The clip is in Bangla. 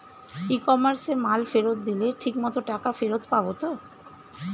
ই কমার্সে মাল ফেরত দিলে ঠিক মতো টাকা ফেরত পাব তো?